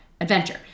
adventure